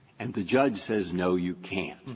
and the judge says, no, you can't.